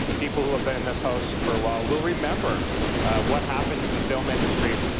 people who have been in this house for a while will remember what happened to the film industry